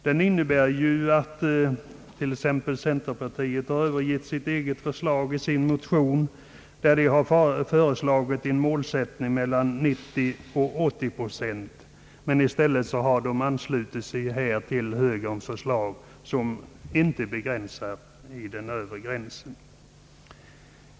Den innebär att t.ex. centerpartiet övergett sitt cget motionsförslag om en målsättning mellan 90 och 80 procent; i stället har centern anslutit sig till högerns förslag, som inte innefattar någon övre gräns.